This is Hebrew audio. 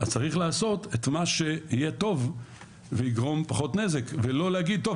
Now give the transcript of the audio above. אז צריך לעשות את מה שיהיה טוב ויגרום פחות נזק ולא להגיד טוב,